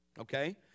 okay